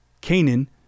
Canaan